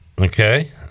okay